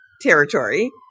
territory